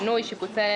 שזה כולל